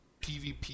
PvP